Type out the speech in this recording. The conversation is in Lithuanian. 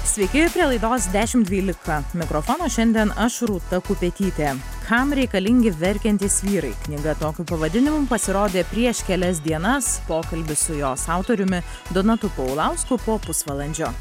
sveiki prie laidos dešimt dvylika mikrofono šiandien aš rūta kupetytė kam reikalingi verkiantys vyrai knyga tokiu pavadinimu pasirodė prieš kelias dienas pokalbis su jos autoriumi donatu paulausku po pusvalandžio